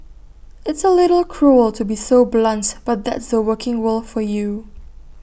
it's A little cruel to be so blunt but that's the working world for you